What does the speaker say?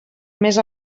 més